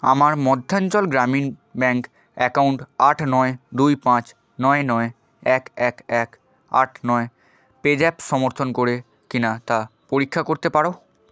আমার Madhyanchal Gramin bank account আট নয় দুই পাঁচ নয় নয় এক এক এক আট নয় পেজ্যাপ সমর্থন করে কি না তা পরীক্ষা করতে পারো